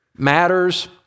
Matters